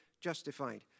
justified